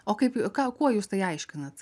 o kaip ką kuo jūs tai aiškinat